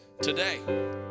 today